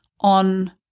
on